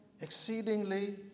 exceedingly